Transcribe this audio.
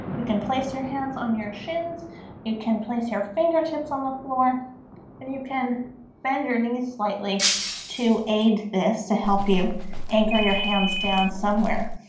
you can place your hands on your shins you can place your fingertips on the floor and you can bend your knees slightly to aid this to help you anchor your hands down somewhere